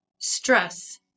stress